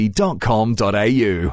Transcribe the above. au